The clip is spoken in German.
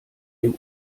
dem